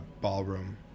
ballroom